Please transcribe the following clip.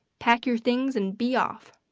pack your things and be off!